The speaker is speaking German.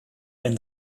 ein